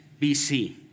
BC